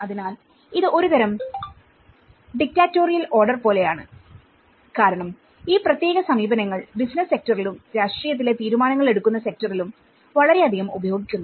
അതിനാൽ ഇത് ഒരുതരം ഡിക്റ്റാറ്റോറിയൽ ഓർഡർ പോലെയാണ് കാരണം ഈ പ്രത്യേക സമീപനങ്ങൾ ബിസിനസ്സ് സെക്ടറിലുംരാഷ്ട്രീയത്തിലെ തീരുമാനങ്ങൾ എടുക്കുന്ന സെക്ട്ടറിലും വളരെയധികം ഉപയോഗിക്കുന്നു